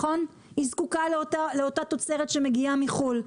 היא זקוקה לאותה תוצרת שמגיעה מחו"ל.